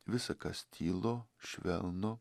visa kas tylu švelnu